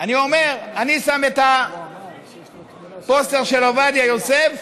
אני אומר, אני שם את הפוסטר של עובדיה יוסף,